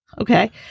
Okay